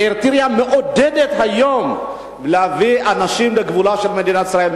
אריתריאה מעודדת היום הבאת אנשים לגבולה של מדינת ישראל.